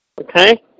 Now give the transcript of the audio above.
Okay